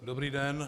Dobrý den.